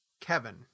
Kevin